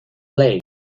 lake